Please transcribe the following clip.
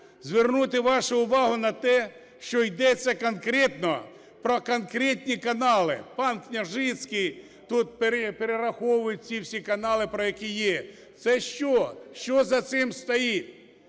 звернути вашу увагу на те, що йдеться конкретно про конкретні канали. Пан Княжицький тут перераховує ці всі канали, про які є. Це що, що за цим стоїть?